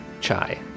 Chai